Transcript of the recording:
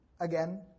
again